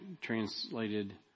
translated